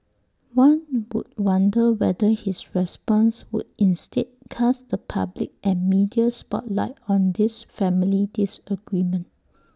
one would wonder whether his response would instead cast the public and media spotlight on this family disagreement